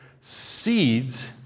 seeds